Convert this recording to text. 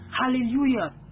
Hallelujah